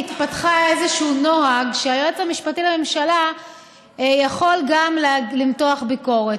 התפתח איזשהו נוהג שהיועץ המשפטי לממשלה יכול גם למתוח ביקורת,